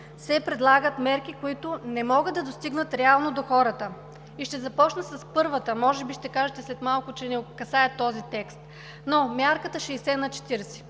се предлагат мерки, които не могат да достигнат реално до хората. Ще започна с първата, може би ще кажете след малко, че не касае този текст, но мярката 60/40